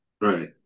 Right